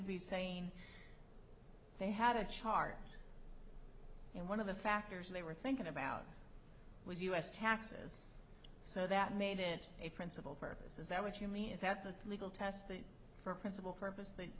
to be saying they had a chart and one of the factors they were thinking about was u s taxes so that made it a principal purpose is that what you mean is that the legal test for a principal purpose